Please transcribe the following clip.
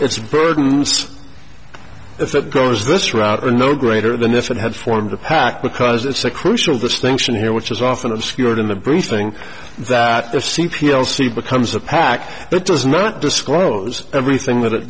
its burdens if it goes this route or no greater than if it had formed a pact because it's a crucial distinction here which is often obscured in the briefing that the c p l see becomes a pack that does not disclose everything that it